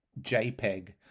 jpeg